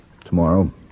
Tomorrow